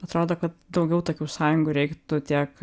atrodo kad daugiau tokių sąjungų reiktų tiek